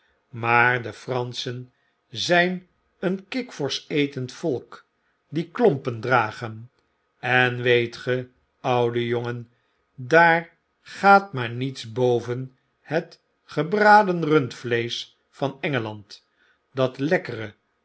maar de pranschen zjjn een kikvorsch etend volk die klompen dragen en weet ge oudejongen daar gaat maar niets boven het gebraden rundvleesch van engeland dat lekkere